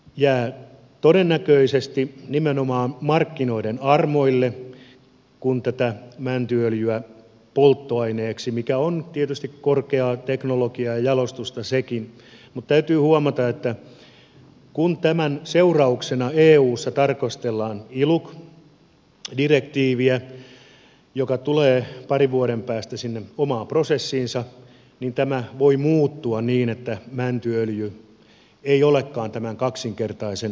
jää todennäköisesti nimenomaan markkinoiden armoille kun tätä mäntyöljyä jalostetaan polttoaineeksi mikä on tietysti korkeaa teknologiaa ja jalostusta sekin mutta täytyy huomata että kun tämän seurauksena eussa tarkastellaan iluc direktiiviä joka tulee parin vuoden päästä sinne omaan prosessiinsa niin tämä voi muuttua niin että mäntyöljy ei olekaan tämän kaksinkertaisen laskennan piirissä